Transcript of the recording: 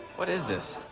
what is this?